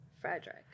Frederick